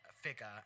figure